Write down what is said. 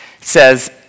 says